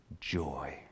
joy